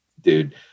dude